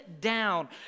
down